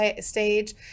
stage